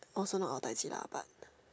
also not our dai-ji lah but